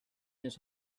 his